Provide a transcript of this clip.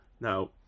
Now